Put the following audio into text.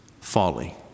folly